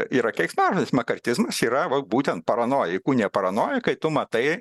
yra keiksmažodis makartizmas yra va būtent paranoja įkūnija paranoją kai tu matai